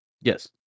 Yes